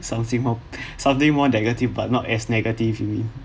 something more something more negative but not as negative you mean